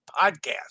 Podcast